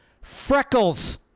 Freckles